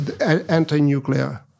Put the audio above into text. anti-nuclear